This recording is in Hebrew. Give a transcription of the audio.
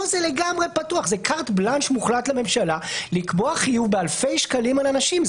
פה זה לגמרי פתוח לממשלה לקבוע חיוב באלפי שקלים על אנשים.